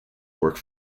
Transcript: work